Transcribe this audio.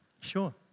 Sure